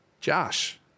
Josh